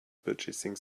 purchasing